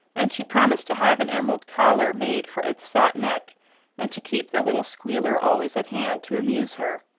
and she promised to have an emerald collar made for its fat neck and to keep the little squealer always at hand to amuse her.